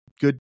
good